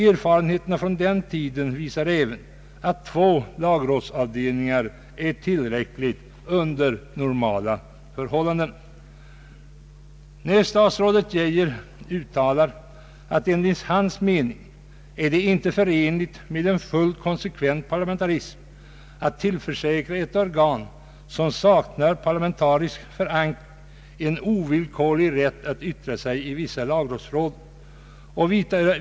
Erfarenheterna från den tiden visar även att två lagrådsavdelningar är tillräckligt under normala förhållanden. Statsrådet Geijer uttalar att det enligt hans mening inte är förenligt med en fullt konsekvent paralmentarism att tillförsäkra ett organ som saknar parlamentarisk förankring en ovillkorlig rätt att yttra sig i vissa lagstiftningsfrågor.